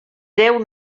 déu